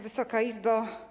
Wysoka Izbo!